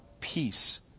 peace